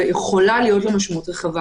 ויכולה להיות לו משמעות רחבה.